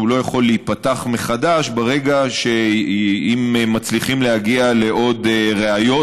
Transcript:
לא יכול להיפתח מחדש אם מצליחים להגיע לעוד ראיות,